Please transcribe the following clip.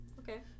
Okay